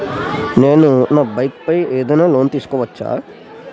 నేను నా బైక్ పై ఏదైనా లోన్ తీసుకోవచ్చా?